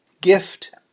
gift